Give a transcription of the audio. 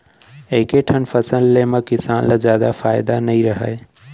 एके ठन फसल ले म किसान ल जादा फायदा नइ रहय